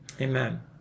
Amen